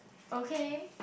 okay